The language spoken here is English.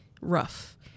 rough